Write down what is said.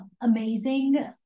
amazing